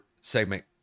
segment